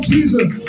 Jesus